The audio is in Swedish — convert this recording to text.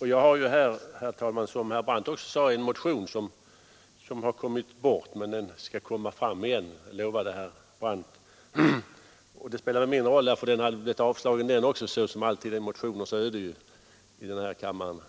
Jag har, herr talman, som herr Brandt också sade, skrivit en motion som har kommit bort. Men den skall komma fram igen, lovade herr Brandt. Nu spelar det mindre roll att den försvann, därför att den givetvis hade blivit avslagen, såsom är alla motioners öde här i kammaren.